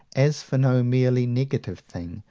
as for no merely negative thing,